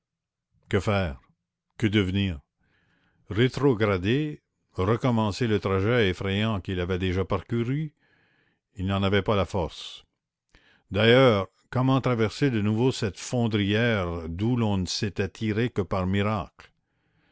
que faire que devenir rétrograder recommencer le trajet effrayant qu'il avait déjà parcouru il n'en avait pas la force d'ailleurs comment traverser de nouveau cette fondrière d'où l'on ne s'était tiré que par miracle